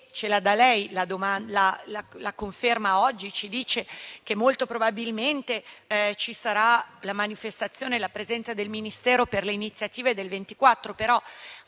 Grazie